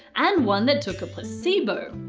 and one that took a placebo.